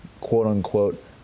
quote-unquote